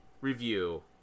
review